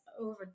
over